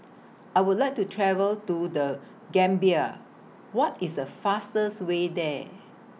I Would like to travel to The Gambia What IS The fastest Way There